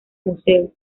museo